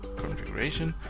configuration.